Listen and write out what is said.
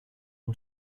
une